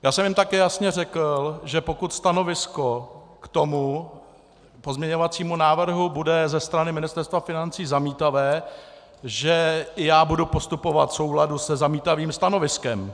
Já jsem jim také jasně řekl, že pokud stanovisko k tomu pozměňovacímu návrhu bude ze strany Ministerstva financí zamítavé, že já budu postupovat v souladu se zamítavým stanoviskem.